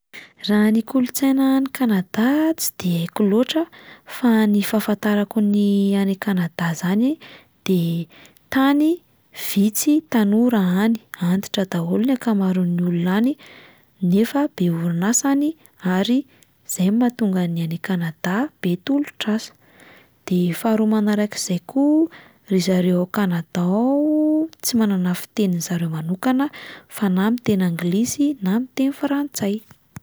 Raha ny kolontsaina any Kanada tsy de haiko loatra fa ny fahafantarako ny any Kanada izany de tany vitsy tanora any, antitra daholo ny ankamaroan'ny olona any nefa be orinasa any ary izay no mahatonga ny any Kanada be tolotr'asa, de faharoa manarak'izay koa ry zareo ao Kanada ao o tsy manana ny fitenin'zareo manokana fa na miteny anglisy na miteny frantsay.